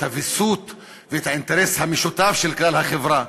הוויסות ואת האינטרס המשותף של כלל החברה.